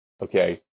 Okay